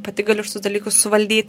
pati galiu šitus dalykus suvaldyti